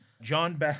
John